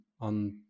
on